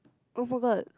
oh forgot